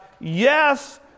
Yes